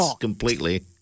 Completely